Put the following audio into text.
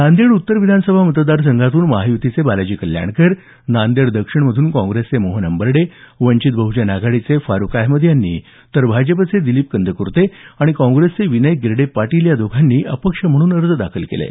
नांदेड उत्तर विधान सभा मतदारसंघातून महायुतीचे बालाजी कल्याणकर नांदेड दक्षिण मधून काँग्रेसचे मोहन हंबर्डे वंचित बहजन आघाडीचे फारुक अहमद यांनी तर भाजपचे दिलीप कंदकूर्ते आणि काँग्रेसचे विनय गिरडे पाटील या दोघांनीही अपक्ष म्हणून अर्ज दाखल केले आहेत